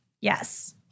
Yes